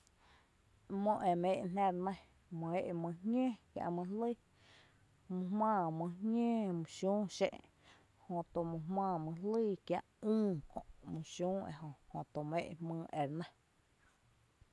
Mó e my én'n jnⱥ re nɇ, my én'n mý jñǿǿ kiä' mý jlíi my jmáa mý jñǿǿ mý xüü xén'n jötu my jmáa mý jlíi kiä' üÜ mý xüü ejö jötu my én'n jmýy eri nɇ